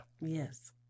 Yes